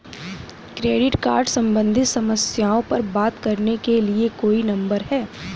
Credit card सम्बंधित समस्याओं पर बात करने के लिए कोई नंबर है?